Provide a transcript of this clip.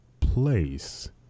place